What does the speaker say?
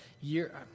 year